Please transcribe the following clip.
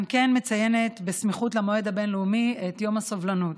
גם היא מציינת בסמיכות למועד הבין-לאומי את יום הסובלנות.